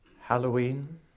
Halloween